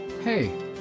hey